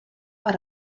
per